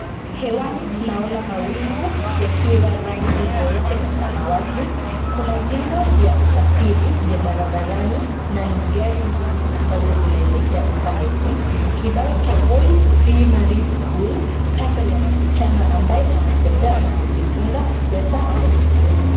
Hewani tunaona mawingu yakiwa rangi nyeupe na samawati, kuna vyombo vya usafiri vya barabarani na ni gari mbili ambazo zinaelekea upande huu. Kibao cha Voi Primary School kando ya msichana ambaye anatembea na kujifunga sweta kwenye kiuno.